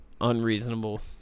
unreasonable